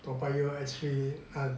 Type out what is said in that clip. toa payoh actually err